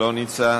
לא נמצא.